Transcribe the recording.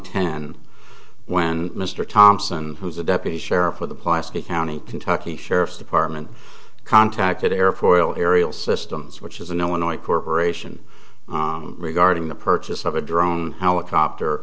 ten when mr thompson who's the deputy sheriff for the plastic county kentucky sheriff's department contacted airfoil aerial systems which is an illinois corporation regarding the purchase of a drone helicopter